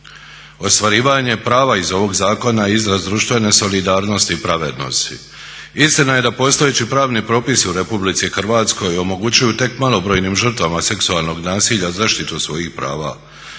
Ostvarivanje prava iz ovog zakona je izraz društvene solidarnosti i pravednosti. Istina je da postojeći pravni propisi u RH omogućuju tek malobrojnim žrtvama seksualnog nasilja zaštitu svojih prava.